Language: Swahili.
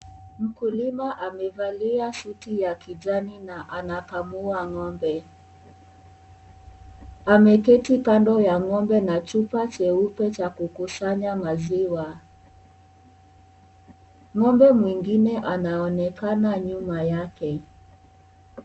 Mkulima amevalia suti ya kijani na anakamua ng'ombe. Ameketi kando ya ng'ombe na chupa jeupe cha kukusanya maziwa.Ng'ombe mwingine anaonekana nyuma yake.